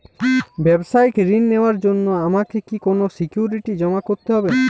ব্যাবসায়িক ঋণ নেওয়ার জন্য আমাকে কি কোনো সিকিউরিটি জমা করতে হবে?